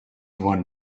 one